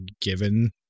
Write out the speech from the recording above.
given